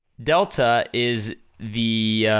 delta is the,